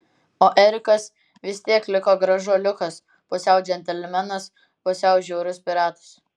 o erikas vis tiek liko gražuoliukas pusiau džentelmenas pusiau žiaurus piratas